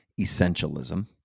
Essentialism